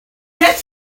yet